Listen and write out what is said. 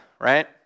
right